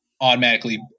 automatically